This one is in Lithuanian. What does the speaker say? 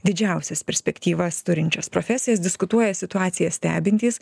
didžiausias perspektyvas turinčias profesijas diskutuoja situaciją stebintys